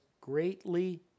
greatly